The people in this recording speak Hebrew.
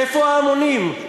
איפה ההמונים?